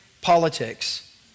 Politics